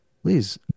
Please